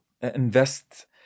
invest